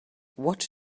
what